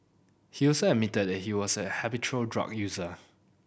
he also admitted he was a habitual drug user